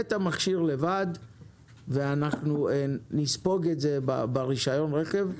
את המכשיר לבד ואנחנו נספוג את זה ברישיון רכב.